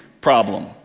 problem